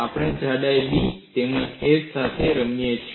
આપણે જાડાઈ B તેમજ h સાથે રમી શકીએ છીએ